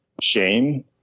shame